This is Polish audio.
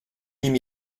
nim